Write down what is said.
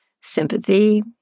sympathy